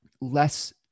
less